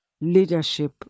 leadership